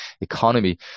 economy